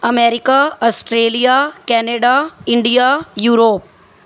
America Australia Canada India Europe